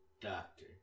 doctor